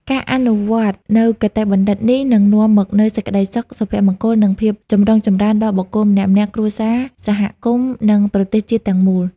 ការអនុវត្តន៍នូវគតិបណ្ឌិតនេះ នឹងនាំមកនូវសេចក្ដីសុខ សុភមង្គល និងភាពចម្រុងចម្រើនដល់បុគ្គលម្នាក់ៗ គ្រួសារ សហគមន៍ និងប្រទេសជាតិទាំងមូល។